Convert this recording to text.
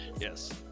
Yes